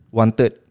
wanted